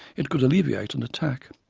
it could alleviate an attack.